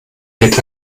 wird